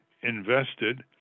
invested